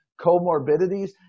comorbidities